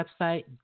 website